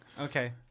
okay